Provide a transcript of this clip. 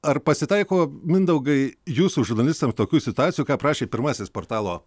ar pasitaiko mindaugai jūsų žurnalistams tokių situacijų ką aprašė pirmasis portalo